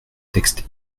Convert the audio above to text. texte